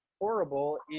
horrible